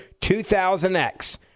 2000X